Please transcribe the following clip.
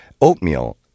oatmeal